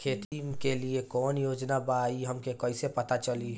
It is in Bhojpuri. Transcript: खेती के लिए कौने योजना बा ई हमके कईसे पता चली?